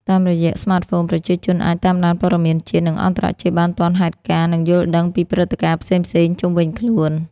តាមរយៈស្មាតហ្វូន ប្រជាជនអាច តាមដានព័ត៌មានជាតិ និងអន្តរជាតិបានទាន់ហេតុការណ៍ និងយល់ដឹងពីព្រឹត្តិការណ៍ផ្សេងៗជុំវិញខ្លួន។